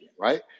right